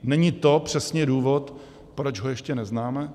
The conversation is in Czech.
Není to přesně důvod, proč ho ještě neznáme?